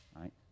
right